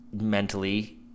mentally